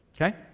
Okay